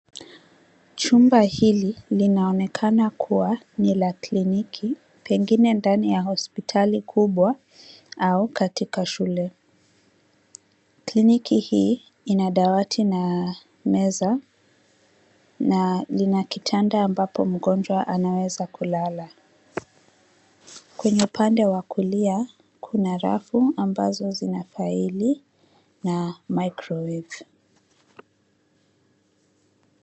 Chumba hili linaonekana kuwa ni la kliniki pengine ndani ya hopsitali kubwa au katika shule. Kliniki hii ina dawati na meza na lina kitanda ambapo mgonjwa anaweza kulala. Kwenye pande wa kulia kuna rafu ambazo zina faili na microwave .